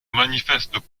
manifestent